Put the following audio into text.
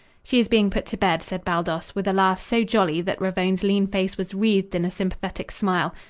she is being put to bed, said baldos, with a laugh so jolly that ravone's lean face was wreathed in a sympathetic smile.